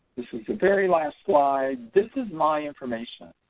this is the very last slide. this is my information